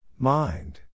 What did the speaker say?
Mind